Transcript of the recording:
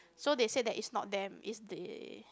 so they said that is not them is they